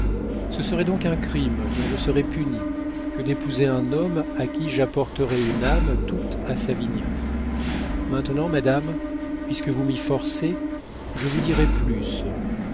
ce serait donc un crime dont je serais punie que d'épouser un homme à qui j'apporterais une âme toute à savinien maintenant madame puisque vous m'y forcez je vous dirai plus